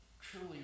truly